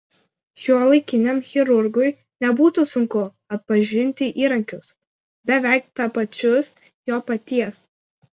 šiuolaikiniam chirurgui nebūtų sunku atpažinti įrankius beveik tapačius jo paties